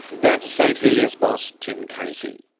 that's st hilliers boss tim casey.